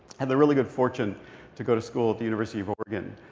had the really good fortune to go to school at the university of oregon.